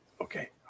Okay